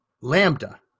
Lambda